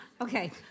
Okay